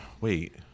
Wait